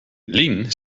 lien